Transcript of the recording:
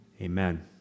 Amen